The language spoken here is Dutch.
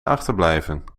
achterblijven